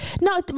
No